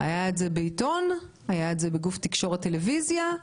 זה היה בעיתון, זה היה בגוף תקשורת בטלוויזיה.